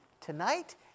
tonight